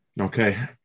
Okay